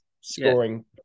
scoring